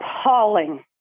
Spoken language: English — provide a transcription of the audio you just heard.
appalling